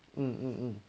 mm mm mm